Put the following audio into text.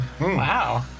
Wow